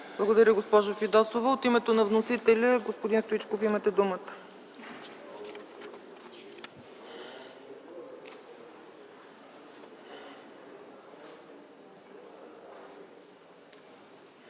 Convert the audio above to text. Благодаря, госпожо Фидосова. От името на вносителя – господин Стоичков, имате думата.